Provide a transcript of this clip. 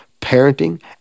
parenting